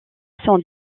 sont